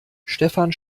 stefan